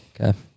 okay